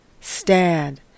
stand